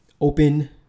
open